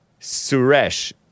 Suresh